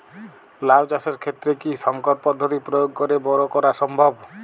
লাও চাষের ক্ষেত্রে কি সংকর পদ্ধতি প্রয়োগ করে বরো করা সম্ভব?